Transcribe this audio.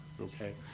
Okay